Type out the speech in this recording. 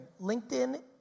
LinkedIn